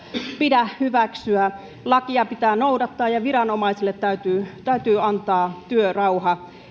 pidä hyväksyä lakia pitää noudattaa ja viranomaisille täytyy täytyy antaa työrauha